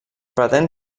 pretén